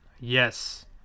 Yes